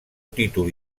títol